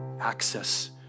access